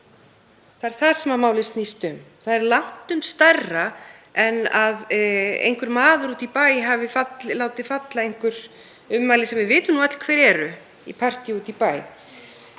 Það er það sem málið snýst um. Það er langtum stærra en að einhver maður úti í bæ hafi látið falla einhver ummæli, sem við vitum öll hver eru, í partíi úti í bæ.